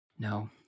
No